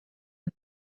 the